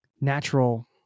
natural